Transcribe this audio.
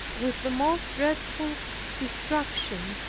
with the most dreadful destruction,